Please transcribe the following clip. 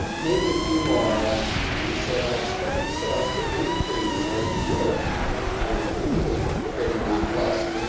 maybe a few more, and i said, i expect the sales to increase every year and he was pretty nonplussed.